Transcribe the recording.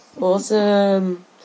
Awesome